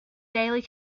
daily